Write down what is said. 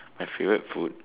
my favourite food